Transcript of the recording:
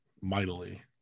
mightily